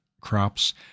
crops